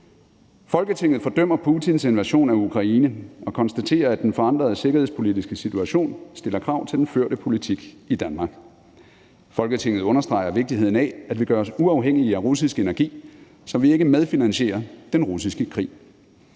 »Folketinget fordømmer Putins invasion af Ukraine og konstaterer, at den forandrede sikkerhedspolitiske situation stiller krav til den førte politik i Danmark. Folketinget understreger vigtigheden af, at vi gør os uafhængige af russisk energi, så vi ikke medfinansierer den russiske krig.